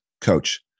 coach